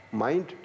mind